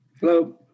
hello